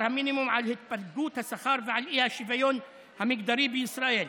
המינימום על התפלגות השכר ועל האי-שוויון המגדרי בישראל.